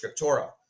scriptura